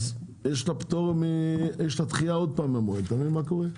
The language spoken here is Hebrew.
אז יש לה דחייה עוד פעם מהמועד, אתה מבין מה קורה?